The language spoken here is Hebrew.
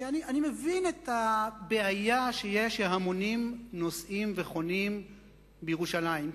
אני מבין את הבעיה שהמונים נוסעים וחונים בירושלים,